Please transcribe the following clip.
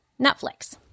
Netflix